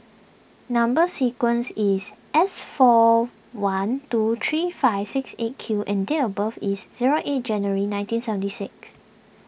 Number Sequence is S four one two three five six eight Q and date of birth is zero eight January nineteen seventy six